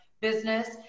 business